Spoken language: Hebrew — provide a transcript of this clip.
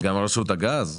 גם רשות הגז.